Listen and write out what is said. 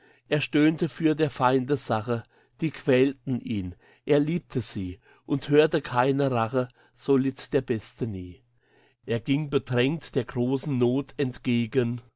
er stöhnte für der feinde sache die quälten ihn er liebte sie und hörte keine rache so litt der beste nie er ging bedrenge der großen noth entgegen